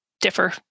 differ